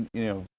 you know,